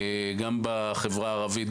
גם בחברה הערבית,